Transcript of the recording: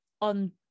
on